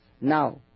now